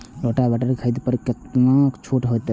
Rotavator के खरीद पर केतना छूट होते?